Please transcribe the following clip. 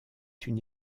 une